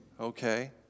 Okay